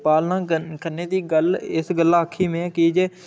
पालना करने दी गल्ल इस गल्लै आक्खी में की जे